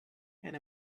and